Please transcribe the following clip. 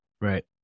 Right